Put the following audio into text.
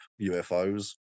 UFOs